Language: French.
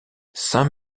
saint